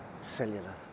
cellular